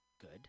good